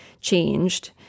changed